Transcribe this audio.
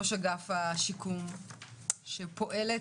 ראש אגף השיקום שפועלת,